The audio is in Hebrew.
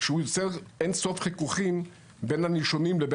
שהיא יוצרת אינסוף חיכוכים בין הנישומים לבין